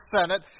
senate